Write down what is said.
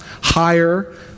higher